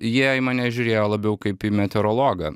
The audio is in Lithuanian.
jie į mane žiūrėjo labiau kaip į meteorologą